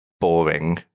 boring